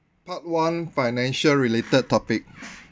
part one financial related topic